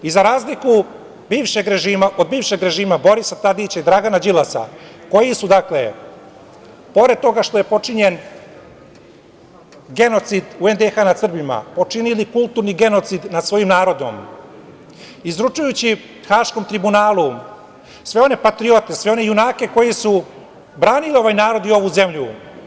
Za razliku od bivšeg režima Borisa Tadića i Dragana Đilasa koji su, pored toga što je počinjen genocid u NDH nad Srbima, počinili kulturni genocid nad svojim narodom izručujući Haškom tribunalu sve one patriote, sve one junake koji su branili ovaj narod i ovu zemlju.